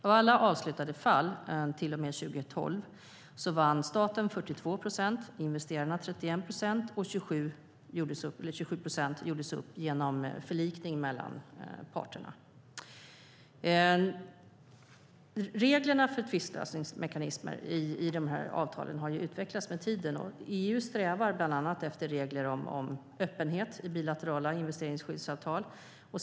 Av alla avslutade fall till och med 2012 vann staten 42 procent, investerarna 31 procent och 27 procent gjordes upp genom förlikning mellan parterna. Reglerna för tvistlösningsmekanismer i avtalen har utvecklats med tiden. EU strävar bland annat efter regler om öppenhet i bilaterala investeringsskyddsavtal.